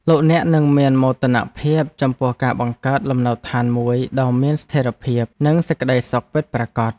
លោកអ្នកនឹងមានមោទនភាពចំពោះការបង្កើតលំនៅឋានមួយដ៏មានស្ថិរភាពនិងសេចក្ដីសុខពិតប្រាកដ។